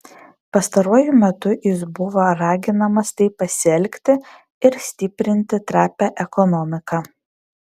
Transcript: pastaruoju metu jis buvo raginamas taip pasielgti ir stiprinti trapią ekonomiką